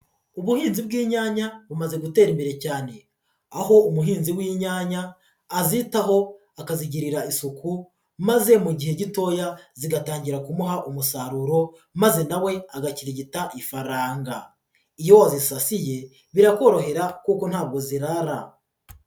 Ubuhinzi bw'inyanya bumaze gutera imbere cyane, aho umuhinzi w'inyanya azitaho akazigirira isuku, maze mu gihe gitoya zigatangira kumuha umusaruro, maze na we agakirigita ifaranga, iyo wazisasiye birakorohera kuko ntabwo zirara.